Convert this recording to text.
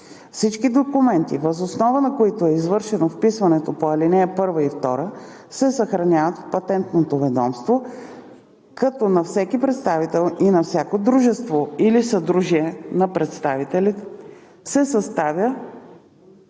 Всички документи, въз основа на които е извършено вписване по ал. 1 и 2, се съхраняват в Патентното ведомство, като на всеки представител и на всяко дружество или съдружие на представители се съставя